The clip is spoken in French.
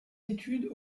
études